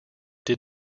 did